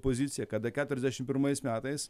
poziciją kada keturiasdešim pirmais metais